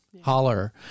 holler